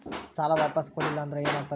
ಸಾಲ ವಾಪಸ್ ಕೊಡಲಿಲ್ಲ ಅಂದ್ರ ಏನ ಆಗ್ತದೆ?